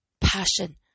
passion